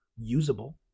usable